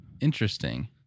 Interesting